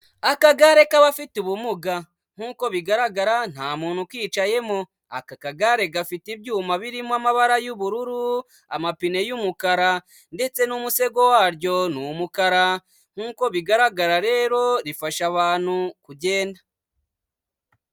Akagare k'abafite ubumuga, nk'uko bigaragara nta muntu ukicayemo, aka kagare gafite ibyuma birimo amabara y'ubururu, amapine y'umukara ndetse n'umusego waryo ni umukara, nk'uko bigaragara rero rifasha abantu kugenda.